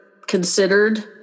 considered